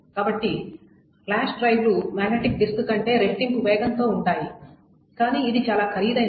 కాబట్టి ఫ్లాష్ డ్రైవ్లు magnetic disk కంటే రెట్టింపు వేగంతో ఉంటాయి కానీ ఇది చాలా ఖరీదైనది